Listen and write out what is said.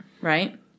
right